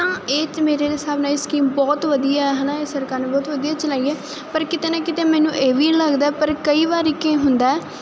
ਇਹ ਚ ਮੇਰੇ ਹਿਸਾਬ ਨਾਲ ਇਹ ਸਕੀਮ ਬਹੁਤ ਵਧੀਆ ਹਨਾ ਸਰਕਾਰੀ ਬਹੁਤ ਵਧੀਆ ਚਲਾਈਏ ਪਰ ਕਿਤੇ ਨਾ ਕਿਤੇ ਮੈਨੂੰ ਇਹ ਵੀ ਲੱਗਦਾ ਪਰ ਕਈ ਵਾਰੀ ਕੀ ਹੁੰਦਾ ਕੋਈ